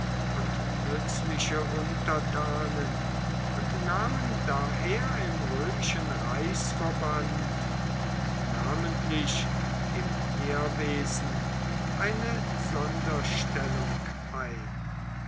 und nützliche untertanen und nahmen daher im römischen reichsverband und namentlich im heerwesen eine sonderstellung ein